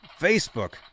Facebook